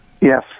Yes